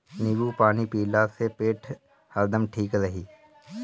नेबू पानी पियला से पेट हरदम ठीक रही